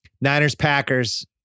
Niners-Packers